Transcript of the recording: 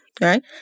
right